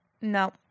No